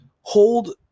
hold